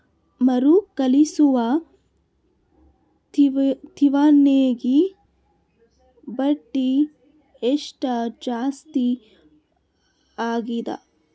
ಮರುಕಳಿಸುವ ಠೇವಣಿಗೆ ಬಡ್ಡಿ ಎಷ್ಟ ಜಾಸ್ತಿ ಆಗೆದ?